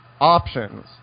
options